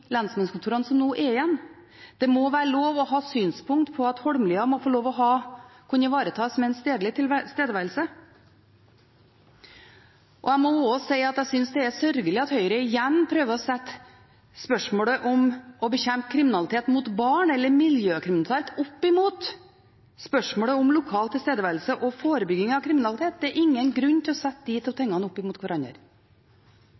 lensmannskontorene som nå er igjen. Det må være lov å ha synspunkter på at Holmlia må kunne ivaretas med stedlig tilstedeværelse. Jeg må også si at jeg synes det er sørgelig at Høyre igjen prøver å sette spørsmålet om å bekjempe kriminalitet mot barn eller miljøkriminalitet opp mot spørsmålet om lokal tilstedeværelse og forebygging av kriminalitet. Det er ingen grunn til å sette de